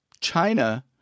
China